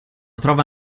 trova